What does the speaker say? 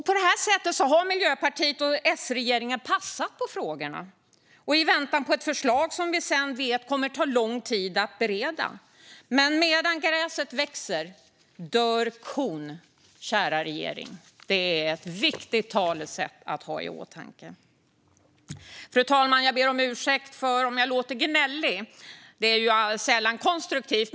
På detta sätt har S-MP-regeringen passat på frågorna i väntan på ett förslag som vi sedan vet kommer att ta lång tid att bereda. Men medan gräset växer dör kon, kära regering. Det är ett viktigt talesätt att ha i åtanke. Fru talman! Jag ber om ursäkt om jag låter gnällig. Det är sällan konstruktivt.